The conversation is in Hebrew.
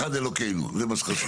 אחד אלוקינו, זה מה שחשוב.